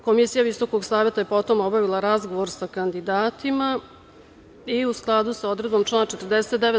Komisija Visokog saveta je potom obavila razgovor sa kandidatima i, u skladu sa odredbom člana 49.